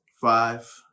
five